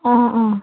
ആ ആ